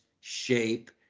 shape